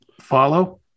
Follow